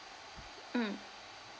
mm